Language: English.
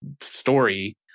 story